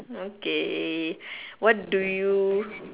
okay what do you